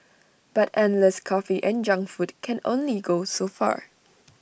but endless coffee and junk food can only go so far